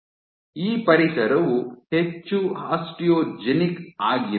ಈ ಪರಿಸರವು ಹೆಚ್ಚು ಆಸ್ಟಿಯೋಜೆನಿಕ್ ಆಗಿರುತ್ತದೆ